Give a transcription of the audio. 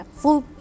full